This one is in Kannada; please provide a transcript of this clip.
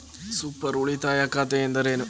ಸೂಪರ್ ಉಳಿತಾಯ ಖಾತೆ ಎಂದರೇನು?